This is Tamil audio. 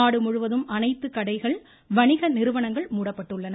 நாடு முழுவதும் அனைத்து கடைகள் வணிக நிறுவனங்கள் மூடப்பட்டுள்ளன